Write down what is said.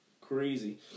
Crazy